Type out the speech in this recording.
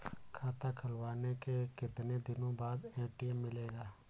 खाता खुलवाने के कितनी दिनो बाद ए.टी.एम मिलेगा?